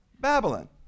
Babylon